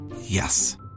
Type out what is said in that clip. Yes